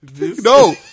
No